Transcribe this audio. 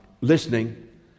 listening